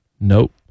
nope